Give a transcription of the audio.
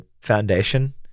foundation